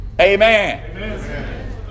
Amen